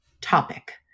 topic